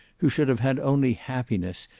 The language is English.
who should have had only happiness,